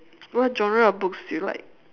what genre of books do you like